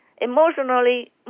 emotionally